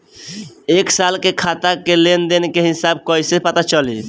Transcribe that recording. एक साल के खाता के लेन देन के हिसाब कइसे पता चली?